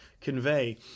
convey